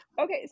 Okay